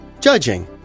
judging